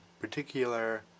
particular